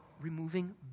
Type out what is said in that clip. removing